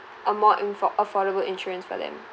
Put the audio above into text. a more info~ affordable insurance for them